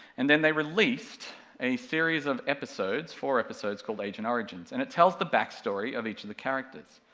and then they released a series of episodes, four episodes, called agent origins, and it tells the backstory of each of the characters.